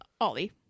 Ollie